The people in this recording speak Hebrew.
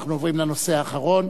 אנחנו עוברים לנושא האחרון,